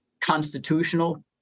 constitutional